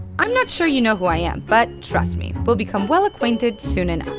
i'm not sure you know who i am, but trust me, we'll become well acquainted soon enough.